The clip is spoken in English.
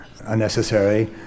unnecessary